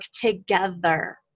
Together